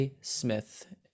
Smith